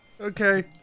Okay